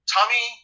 Tommy